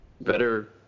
better